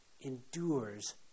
endures